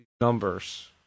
Numbers